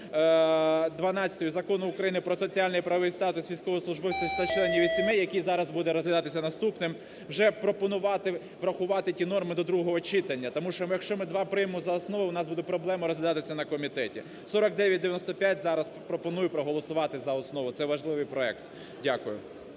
12 Закону України "Про соціальний і правовий статус військовослужбовців та членів їх сімей", який зараз буде розглядатися наступним, вже пропонувати врахувати ті норми до другого читання. Тому що, якщо ми два приймемо за основу, у нас буде проблема розглядатися це мна комітеті. 4995 зараз пропоную проголосувати за основу, це важливий проект. Дякую.